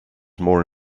more